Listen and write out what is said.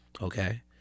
okay